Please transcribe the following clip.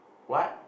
what